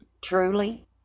truly